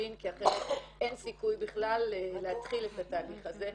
דין כי אחרת אין סיכוי בכלל להתחיל את התהליך הזה,